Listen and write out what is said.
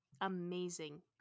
amazing